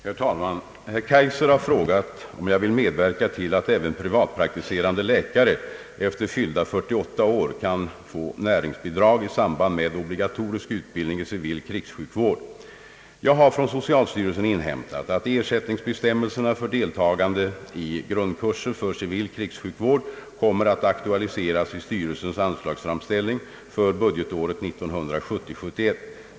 Herr talman! Herr Kaijser har frågat om jag vill medverka till att även privatpraktiserande läkare efter fyllda 48 år kan få näringsbidrag i samband med obligatorisk utbildning i civil krigssjukvård. Jag har från socialstyrelsen inhämtat att ersättningsbestämmelserna för del tagande i grundkurser för civil krigssjukvård kommer att aktualiseras i styrelsens anslagsframställning för budgetåret 1970/71.